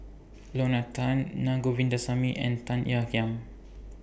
Lorna Tan Naa Govindasamy and Tan Ean Kiam